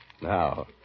Now